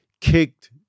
kicked